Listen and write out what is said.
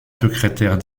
secrétaire